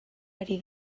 ari